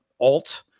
Alt